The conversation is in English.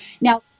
Now